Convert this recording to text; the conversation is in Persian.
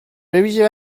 بویژه